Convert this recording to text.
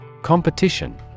Competition